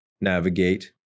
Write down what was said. navigate